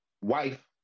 wife